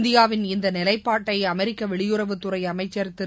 இந்தியாவின் இந்த நிலைப்பாட்டை அமெரிக்க வெளியுறவுத்துறை அமைச்சர் திரு